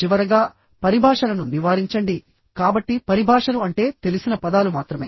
చివరగాపరిభాషలను నివారించండి కాబట్టి పరిభాషలు అంటే తెలిసిన పదాలు మాత్రమే